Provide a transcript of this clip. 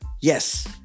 Yes